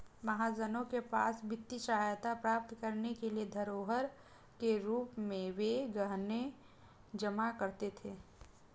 महाजनों के पास वित्तीय सहायता प्राप्त करने के लिए धरोहर के रूप में वे गहने जमा करते थे